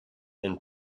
and